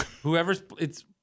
Whoever's—it's—